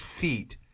feet